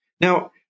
Now